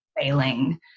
failing